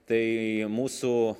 tai mūsų